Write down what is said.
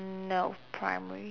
no primary